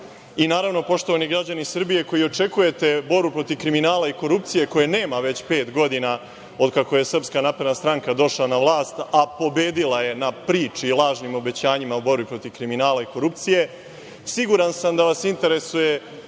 i naravno, poštovani građani Srbije koji očekujete borbu protiv kriminala i korupcije koje nema već pet godina od kako je SNS došla na vlast, a pobedila je na priči i lažnim obećanjima o borbi protiv kriminala i korupcije, siguran sam da vas interesuje